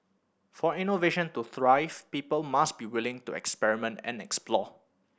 for innovation to thrive people must be willing to experiment and explore